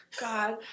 God